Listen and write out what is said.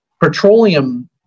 Petroleum